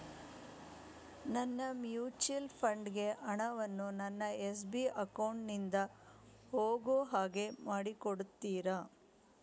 ನನ್ನ mutual fund ಗೆ ಹಣ ವನ್ನು ನನ್ನ ಎಸ್.ಬಿ ಅಕೌಂಟ್ ನಿಂದ ಹೋಗು ಹಾಗೆ ಮಾಡಿಕೊಡುತ್ತೀರಾ?